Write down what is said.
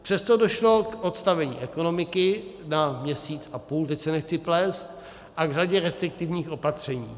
Přesto došlo k odstavení ekonomiky na měsíc a půl, teď se nechci plést, a k řadě restriktivních opatření.